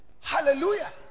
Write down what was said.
Hallelujah